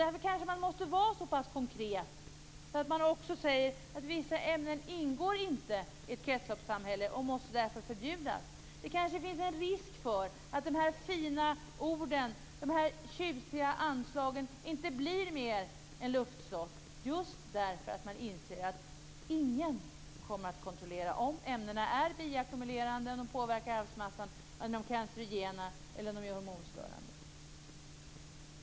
Därför måste man kanske vara så pass konkret att man också säger att vissa ämnen inte ingår i ett kretsloppssamhälle och att de därför måste förbjudas. Kanske finns risken att de fina orden, de tjusiga anslagen, inte blir mer än luftslott, just därför att man inser att ingen kommer att kontrollera om ämnena är bioackumulerande och påverkar arvsmassan, om de är cancerogena eller om de är hormonstörande.